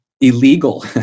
illegal